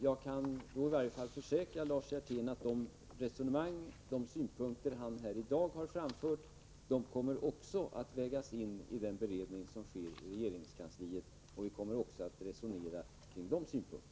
Jag kan då i varje fall försäkra Lars Hjertén att de synpunkter han här i dag har framfört också kommer att vägas in vid den beredning som sker i regeringskansliet. Vi kommer att resonera också kring de synpunkterna.